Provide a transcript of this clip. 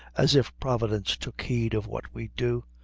as if providence took heed of what we do.